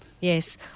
Yes